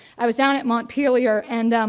i was down at montpellier, and